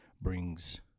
brings